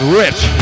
rich